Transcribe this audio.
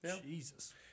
Jesus